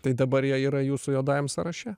tai dabar jie yra jūsų juodajam sąraše